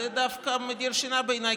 זה דווקא מדיר שינה מעיניי,